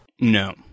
No